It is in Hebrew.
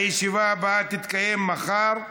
הישיבה הבאה תתקיים מחר,